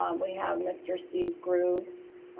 um we have mr. steve grube,